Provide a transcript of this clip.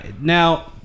now